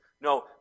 No